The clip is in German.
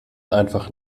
einfach